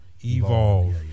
Evolve